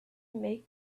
make